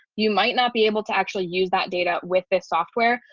you might not be able to actually use that data with this software.